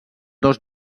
dos